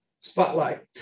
spotlight